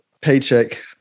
paycheck